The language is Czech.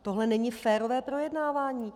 Tohle není férové projednávání.